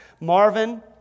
marvin